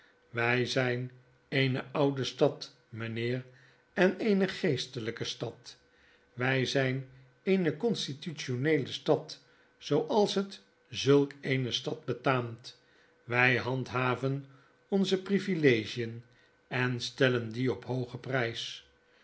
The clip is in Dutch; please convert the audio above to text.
wi zyn eene oude stad mijnheer en eene geestelyke stad wy zyn eene constitutioneele stad zooals het zulk eene stad betaamt wy handhaven onze privilegien en stellen die op hoogen prys